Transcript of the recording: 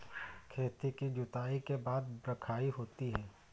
खेती की जुताई के बाद बख्राई होती हैं?